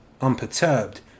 Unperturbed